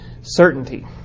certainty